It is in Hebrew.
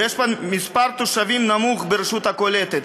ויש מספר תושבים נמוך ברשות הקולטת.